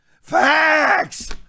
Facts